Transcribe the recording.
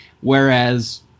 whereas